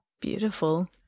Beautiful